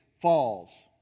falls